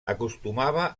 acostumava